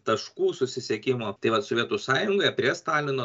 taškų susisiekimo tai vat sovietų sąjungoje prie stalino